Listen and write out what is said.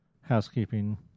housekeeping